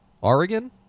Oregon